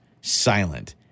silent